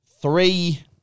Three